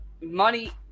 money